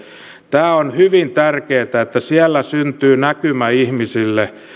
tämä on hyvin tärkeätä että siellä syntyy näkymä ihmiselle